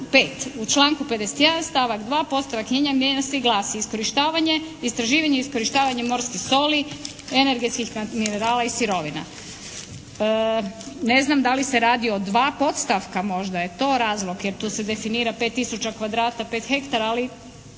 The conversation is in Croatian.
u članku 51. stavak 2. podstavak mijenjan, mijenja se i glasi: Iskorištavanje, istraživanje i iskorištavanje morske soli, energetskih minerala i sirovina. Ne znam da li se radi o dva podstavka, možda je to razlog, jer tu se definira pet tisuća kvadrata, pet hektara, ali